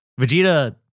Vegeta